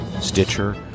Stitcher